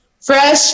Fresh